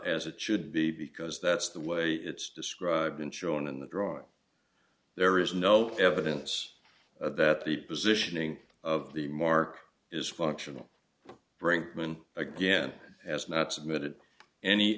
s it should be because that's the way it's described been shown in the drawing there is no evidence that the positioning of the mark is functional brinkman again as not submitted any